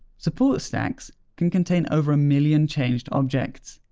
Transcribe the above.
support stacks can contain over a million changed objects.